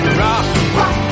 rock